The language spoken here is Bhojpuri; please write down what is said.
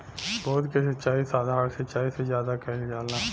बूंद क सिचाई साधारण सिचाई से ज्यादा कईल जाला